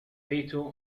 vito